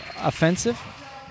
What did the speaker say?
offensive